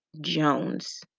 Jones